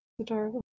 Adorable